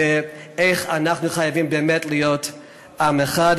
ואיך אנחנו חייבים באמת להיות עם אחד.